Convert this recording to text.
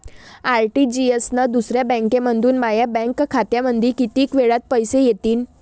RTGS न दुसऱ्या बँकेमंधून माया बँक खात्यामंधी कितीक वेळातं पैसे येतीनं?